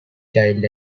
child